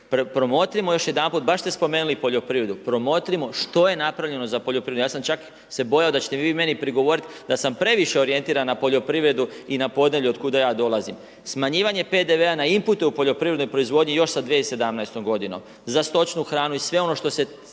promotrimo još jedanput, baš ste spomenuli poljoprivredu, promotrimo što je napravljeno za poljoprivredu, ja sam čak se bojao da ćete vi meni progovoriti da sam previše orijentiran na poljoprivredu i na podneblje otkuda ja dolazim. Smanjivanje PDV-a na inpute u poljoprivrednoj proizvodnji još sa 2017. za stočnu hranu i sve ono što se